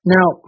Now